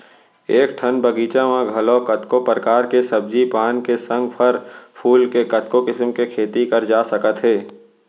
एके ठन बगीचा म घलौ कतको परकार के सब्जी पान के संग फर फूल के कतको किसम के खेती करे जा सकत हे